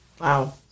Wow